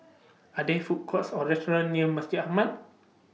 Are There Food Courts Or restaurants near Masjid Ahmad